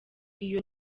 iyo